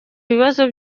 bibazo